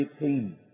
18